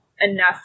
enough